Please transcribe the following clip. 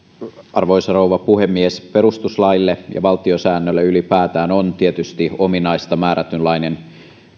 arvoisa rouva puhemies perustuslaille ja valtiosäännölle ylipäätään on tietysti ominaista määrätynlainen